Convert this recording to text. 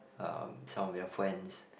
um some of your friends